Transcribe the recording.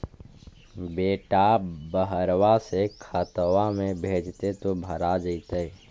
बेटा बहरबा से खतबा में भेजते तो भरा जैतय?